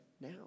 now